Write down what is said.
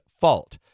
fault